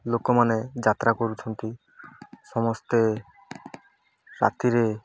ଲୋକମାନେ ଯାତ୍ରା କରୁଛନ୍ତି ସମସ୍ତେ ରାତିରେ